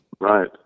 Right